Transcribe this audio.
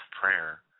prayer